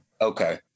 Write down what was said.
Okay